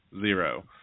Zero